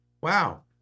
Wow